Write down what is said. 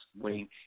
wing